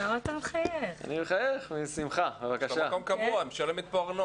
היא נמצאת כאן קבוע.